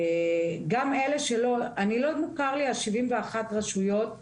גם אלה שלא, לא מוכר לי 71 הרשויות שלא,